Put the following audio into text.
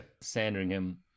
Sandringham